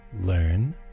learn